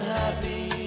happy